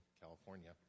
California